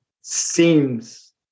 seems